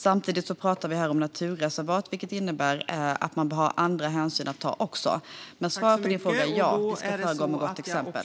Samtidigt pratar vi här om naturreservat, vilket innebär att man också har andra hänsyn att ta. Men svaret på din fråga är: Ja, vi ska gå föregå med gott exempel.